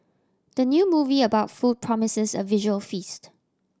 the new movie about food promises a visual feast